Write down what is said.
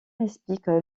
explique